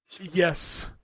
Yes